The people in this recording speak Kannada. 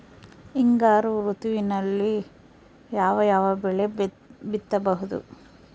ಹಿಂಗಾರು ಋತುವಿನಲ್ಲಿ ಯಾವ ಯಾವ ಬೆಳೆ ಬಿತ್ತಬಹುದು?